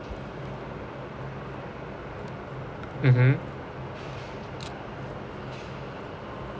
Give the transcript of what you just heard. mmhmm